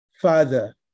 Father